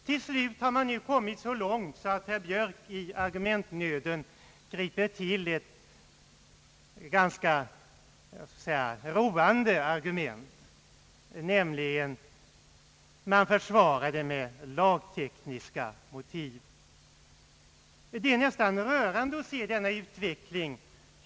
Till slut har man nu kommit så långt, att herr Björk i argumentnöden griper till ett — det får jag lov att säga — ganska roande argument, nämligen att försvara sig med begreppet »lagtekniska «svårigheter». Det är nästan rörande att se denna utveckling.